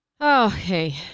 Okay